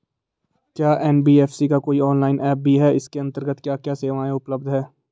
क्या एन.बी.एफ.सी का कोई ऑनलाइन ऐप भी है इसके अन्तर्गत क्या क्या सेवाएँ उपलब्ध हैं?